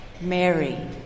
Mary